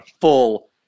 full